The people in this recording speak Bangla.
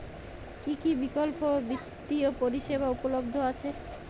কী কী বিকল্প বিত্তীয় পরিষেবা উপলব্ধ আছে?